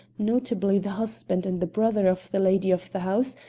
notably the husband and the brother of the lady of the house,